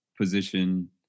position